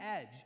edge